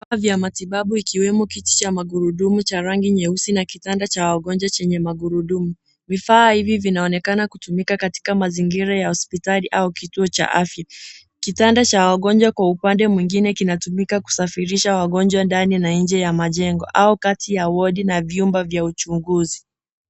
Vifaa vya matibabu ikiwemo kiti cha magurudumu cha rangi nyeusi na kitanda cha wagonjwa chenye magurudumu. Vifaa hivi vinaonekana kutumika katika mazingira ya hospitali au kituo cha afya. Kitanda cha wagonjwa kwa upande mwingine kinatumika kusafirisha wagonjwa ndani na nje ya majengo au kati ya wodi na vyumba vya uchunguzi.